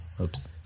oops